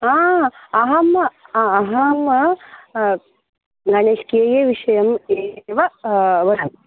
अहं अहं गणेशस्य विषयम् एव वद